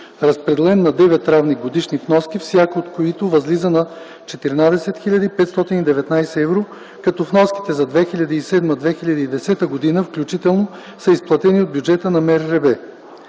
разпределен на девет равни годишни вноски, всяка от които възлиза на 14 519 евро, като вноските за 2007-2010 г. включително, са изплатени от бюджета на МРРБ.